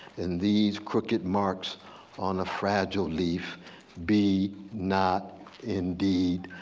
and these crooked marks on a fragile leaf be not indeed,